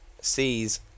sees